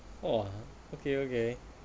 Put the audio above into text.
orh okay okay